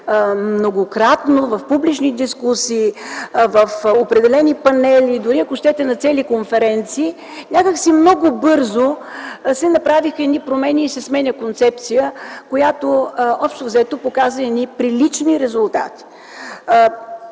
многократно, в публични дискусии, в определени панели, дори, ако щете, на цели конференции, някак си много бързо се направиха едни промени и се сменя концепция, която общо взето показа едни прилични резултати.